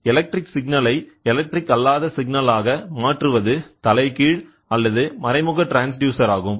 electric சிக்னலை electric அல்லாத சிக்னலாக மாற்றுவது தலைகீழ் அல்லது மறைமுக ட்ரான்ஸ்டியூசர் ஆகும்